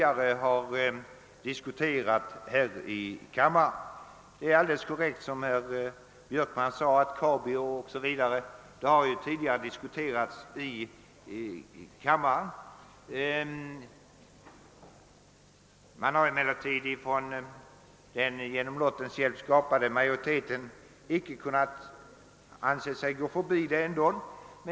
Herr Björkman påpekade alldeles korrekt att dessa ärenden redan har diskuterats i kammaren, men majoriteten har ändå icke ansett sig kunna gå förbi dem.